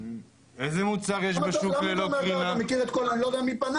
אתה מכיר את כל המוצרים?